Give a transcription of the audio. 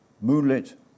moonlit